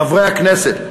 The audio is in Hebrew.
חברי הכנסת,